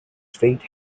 straight